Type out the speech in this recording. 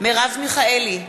מרב מיכאלי,